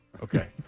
Okay